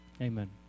Amen